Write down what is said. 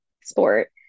sport